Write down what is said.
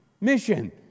mission